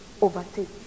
overtake